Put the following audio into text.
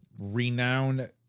renowned